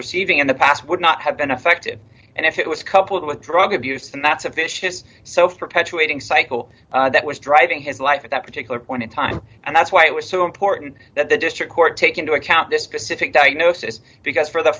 receiving in the past would not have been affected and if it was coupled with drug abuse then that's a vicious so for petula eating cycle that was driving his life at that particular point in time and that's why it was so important that the district court take into account this specific diagnosis because for the